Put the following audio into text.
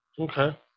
okay